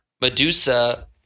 medusa